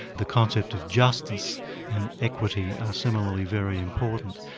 the concept of justice and equity are similarly very important.